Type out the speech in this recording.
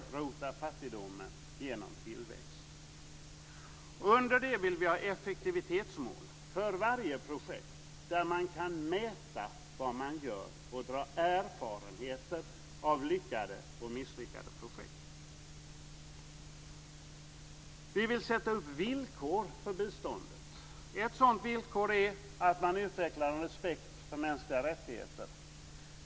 Under det vill vi ha effektivitetsmål för varje projekt. Man ska kunna mäta vad man gör och dra lärdom av lyckade och misslyckade projekt. Ett sådant villkor är att man utvecklar en respekt för mänskliga rättigheter.